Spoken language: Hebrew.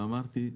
ואמרתי,